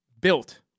built